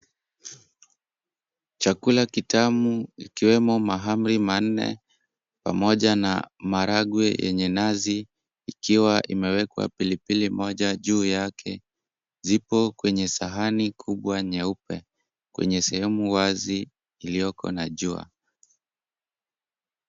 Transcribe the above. Chakula kitamu ikiwemo mahamri manne pamoja na maharagwe yenye nazi ikiwa imewekwa pilipili moja juu yake, zipo kwenye sahani kubwa, nyeupe, kwenye sehemu wazi iliyoko na jua.